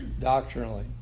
doctrinally